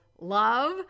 love